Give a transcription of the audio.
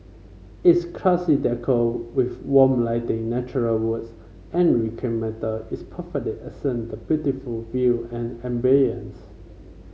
its classy decor with warm lighting natural woods and reclaimed metal is accent the beautiful view and ambiance